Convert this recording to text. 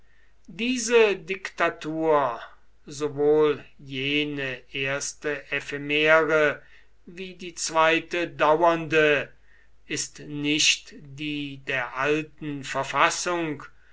diese diktatur sowohl jene erste ephemere wie die zweite dauernde ist nicht die der alten verfassung